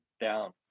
down